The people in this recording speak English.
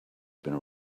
been